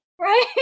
Right